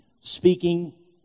speaking